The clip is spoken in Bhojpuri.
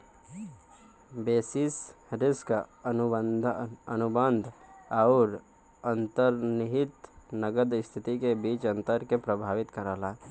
बेसिस रिस्क अनुबंध आउर अंतर्निहित नकद स्थिति के बीच अंतर के प्रभावित करला